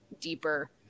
deeper